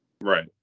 right